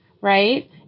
right